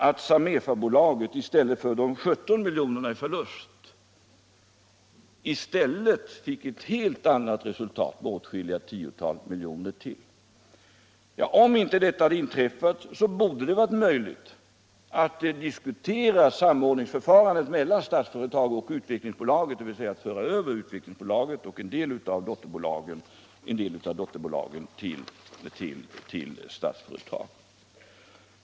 Om Samefa hade gått med en förlust på kanske ytterligare åtskilliga tiotal miljoner -- utöver de 17 miljonerna -- då kunde det ha varit aktuellt att diskutera ett samordningsförfarande, dvs. en överföring av Utvecklingsaktiebolaget och en del av dess dotterbolag till Statsföretag.